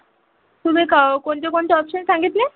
तुम्ही क कोणते कोणते ऑप्शन सांगितले